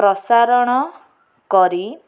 ପ୍ରସାରଣ କରି